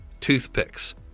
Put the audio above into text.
toothpicks